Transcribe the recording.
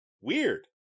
weird